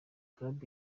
club